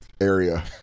area